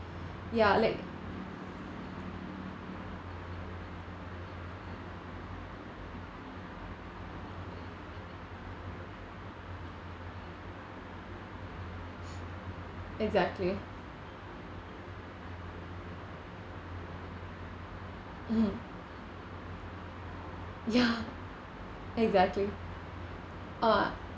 ya like exactly (uh huh) ya exactly uh